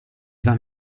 vas